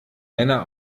männer